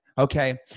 Okay